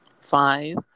five